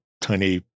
tiny